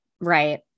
right